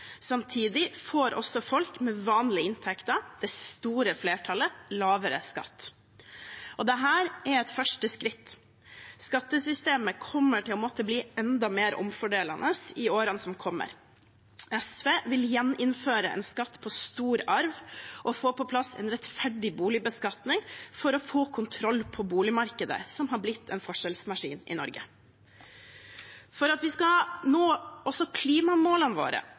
Samtidig får også folk med vanlige inntekter – det store flertallet – lavere skatt. Dette er et første skritt. Skattesystemet kommer til å måtte bli enda mer omfordelende i årene som kommer. SV vil gjeninnføre en skatt på stor arv og få på plass en rettferdig boligbeskatning for å få kontroll på boligmarkedet, som er blitt en forskjellsmaskin i Norge. For at vi skal nå også klimamålene våre,